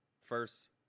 first